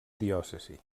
diòcesi